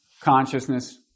consciousness